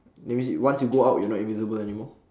that means you once you go out you're not invisible anymore